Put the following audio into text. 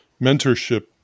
mentorship